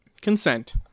Consent